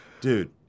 dude